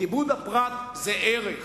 כיבוד הפרט זה ערך,